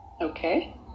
Okay